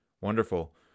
Wonderful